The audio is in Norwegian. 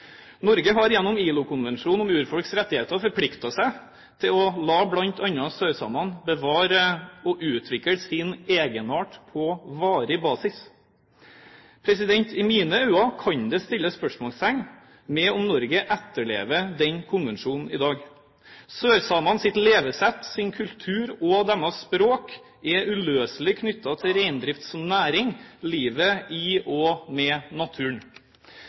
Norge har gjennom ILO-konvensjonen om urfolks rettigheter forpliktet seg til å la bl.a. sørsamene bevare og utvikle sin egenart på varig basis. I mine øyne kan det settes spørsmålstegn ved om Norge etterlever den konvensjonen i dag. Sørsamenes levesett, kultur og språk er uløselig knyttet til reindrift som næring – livet i og med naturen.